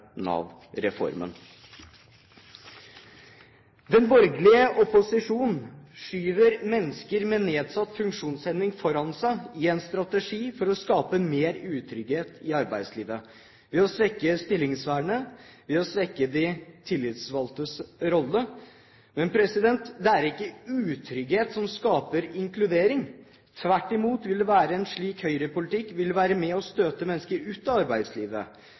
Nav-reformen. Den borgerlige opposisjonen skyver mennesker med nedsatt funksjonshemning foran seg i en strategi for å skape mer utrygghet i arbeidslivet ved å svekke stillingsvernet og ved å svekke de tillitsvalgtes rolle. Men det er ikke utrygghet som skaper inkludering. Tvert imot vil en slik høyrepolitikk være med på å støte mennesker ut av arbeidslivet.